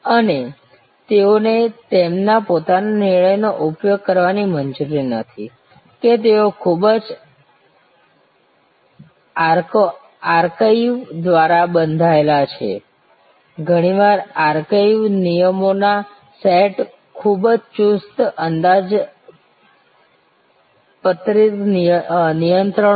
અને તેઓને તેમના પોતાના નિર્ણયનો ઉપયોગ કરવાની મંજૂરી નથી કે તેઓ ખૂબ જ આર્કાઇવ દ્વારા બંધાયેલા છે ઘણીવાર આર્કાઇવ નિયમોના સેટ ખૂબ જ ચુસ્ત અંદાજપત્રીય નિયંત્રણો